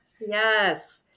Yes